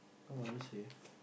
I want to say